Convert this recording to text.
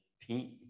team